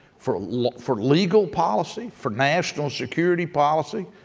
for like for legal policy, for national security policy